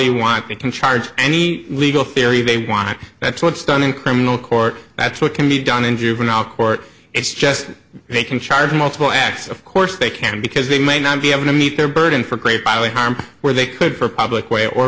you want me can charge any legal theory they want that's what's done in criminal court that's what can be done in juvenile court it's just they can charge multiple acts of course they can because they may not be able to meet their burden for great bodily harm where they could for public way or